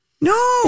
No